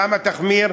למה תחמיר?